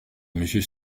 monsieur